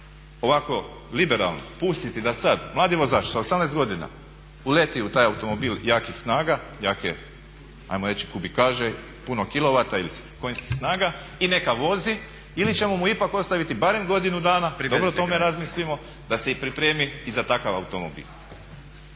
ovako liberalno pustiti da sad mladi vozač sa 18 godina uleti u taj automobil jakih snaga, jake ajmo reći kubikaže, puno kilovata ili konjskih snaga i neka vozi ili ćemo mu ipak ostaviti barem godinu dana, dobro o tome razmislimo, da se pripremi i za takav automobil.